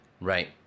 Right